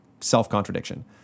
self-contradiction